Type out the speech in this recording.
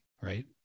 right